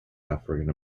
african